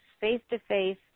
face-to-face